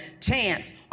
chance